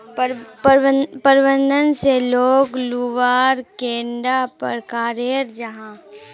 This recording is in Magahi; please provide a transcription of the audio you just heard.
प्रबंधन से लोन लुबार कैडा प्रकारेर जाहा?